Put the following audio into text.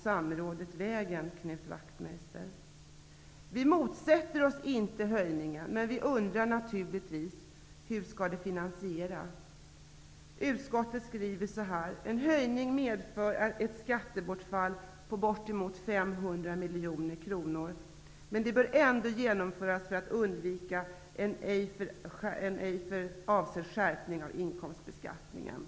Vart tog samrådet vägen, Knut Vi socialdemokrater motsätter oss inte höjningen men undrar naturligtvis hur den skall finansieras. Utskottet skriver: ''En sådan höjning medför ett skattebortfall på bortåt 500 miljoner kronor men bör ändå genomföras för att undvika en ej avsedd skärpning av inkomstbeskattningen.''